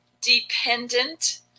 dependent